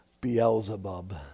Beelzebub